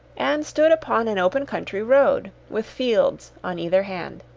and stood upon an open country road, with fields on either hand.